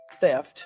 theft